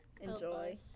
Enjoy